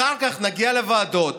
אחר כך נגיע לוועדות.